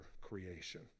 creation